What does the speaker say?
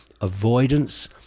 avoidance